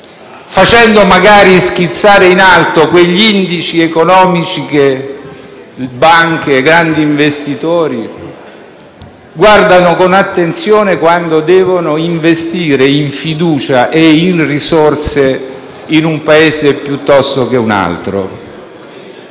facendo magari schizzare in alto quegli indici economici che banche e grandi investitori guardano con attenzione quando devono investire in fiducia e in risorse in un Paese piuttosto che in un altro.